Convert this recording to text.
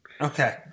Okay